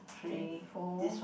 three four